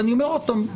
עוד פעם,